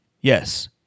Yes